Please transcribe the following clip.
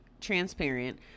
transparent